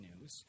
news